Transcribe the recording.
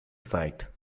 site